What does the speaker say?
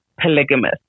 polygamous